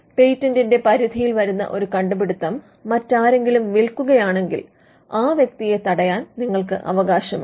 പേറ്റന്റിന്റെ പരിധിയിൽ വരുന്ന ഒരു കണ്ടുപിടുത്തം മറ്റാരെങ്കിലും വിൽക്കുകയാണെങ്കിൽ ആ വ്യക്തിയെ തടയാൻ നിങ്ങൾക്ക് അവകാശമുണ്ട്